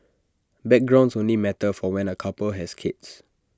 backgrounds only matter for when A couple has kids